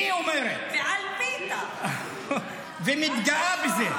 היא אומרת ומתגאה בזה.